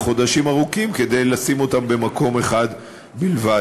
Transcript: חודשים ארוכים כדי לשים אותם במקום אחד בלבד.